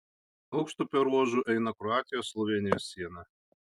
aukštupio ruožu eina kroatijos slovėnijos siena